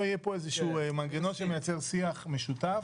יהי הפה איזה מנגנון שמייצר שיח משותף,